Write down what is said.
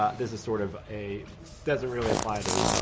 ah this is sort of a doesn't really apply to